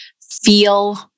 feel